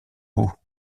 bout